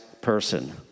person